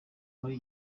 muri